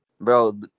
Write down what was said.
bro